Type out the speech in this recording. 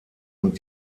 und